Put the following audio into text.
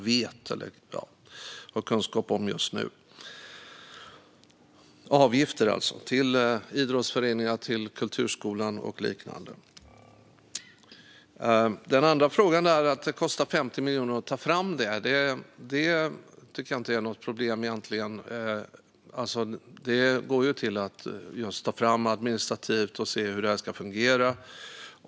Det handlar alltså om avgifter till idrottsföreningar, kulturskolan och liknande. Den andra frågan rör att det kostar 50 miljoner att ta fram det här. Det tycker jag egentligen inte är något problem. Pengarna går ju till att just ta fram det administrativa och se hur det ska fungera.